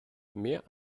mehr